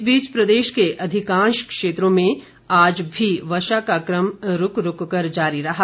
इस बीच प्रदेश के अधिकांश क्षेत्रों में आज भी वर्षा का क्रम रूक रूक कर जारी रहा